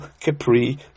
Capri